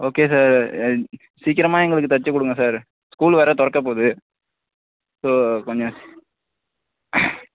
okay sir சீக்கிரமா எங்களுக்கு தைச்சி கொடுங்க சார் ஸ்கூல் வேறு திறக்க போகுது ஸோ கொஞ்சம்